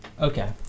Okay